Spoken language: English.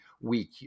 week